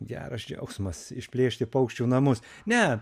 geras džiaugsmas išplėšti paukščių namus ne